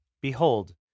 Behold